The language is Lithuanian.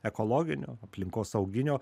ekologinio aplinkosauginio